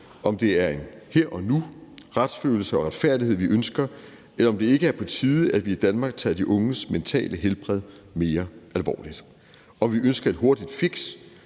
om det er en »her og nu« retsfølelse og retfærdighed, vi ønsker, eller om det ikke er på tide, at vi i Danmark tager de unges mentale helbred mere alvorligt. Om vi ønsker et hurtigt fix,